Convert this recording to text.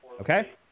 Okay